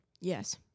yes